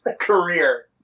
career